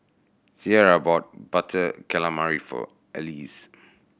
Cierra bought Butter Calamari for Alease